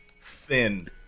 thin